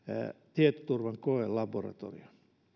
tietoturvan koelaboratorion